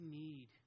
need